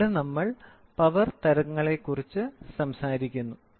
ഇവിടെ നമ്മൾ പവർ തരങ്ങളെക്കുറിച്ച് സംസാരിക്കുന്നു